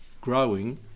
growing